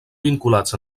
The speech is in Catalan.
vinculats